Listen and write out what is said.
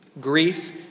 Grief